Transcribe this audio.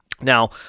Now